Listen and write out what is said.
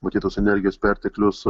matyt tos energijos perteklius